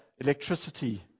electricity